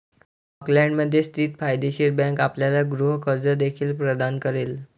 ऑकलंडमध्ये स्थित फायदेशीर बँक आपल्याला गृह कर्ज देखील प्रदान करेल